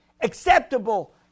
acceptable